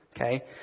Okay